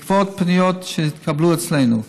בעקבות פניות שהתקבלו אצלנו,